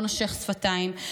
לא נושך שפתיים,